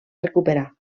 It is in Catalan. recuperar